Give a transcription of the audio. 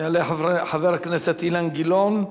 יעלה חבר הכנסת אילן גילאון,